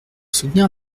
soutenir